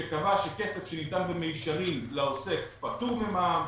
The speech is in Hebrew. שקבע שכסף שניתן במישרין לעוסק פטור ממע"מ.